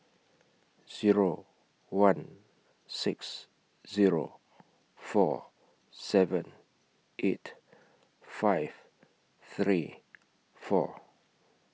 Zero one six Zero four seven eight five three four